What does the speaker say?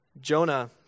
Jonah